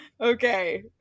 Okay